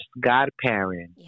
godparent